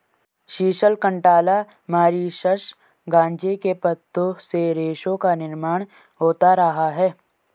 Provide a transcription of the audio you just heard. sisal, cantala, Mauritius गांजे के पत्तों से रेशों का निर्माण होता रहा है